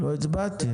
לא הצבענו.